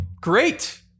great